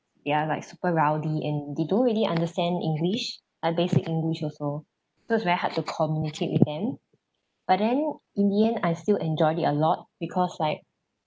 they are like super rowdy and they don't really understand english uh basic english also so it's very hard to communicate with them but then in the end I still enjoyed it a lot because like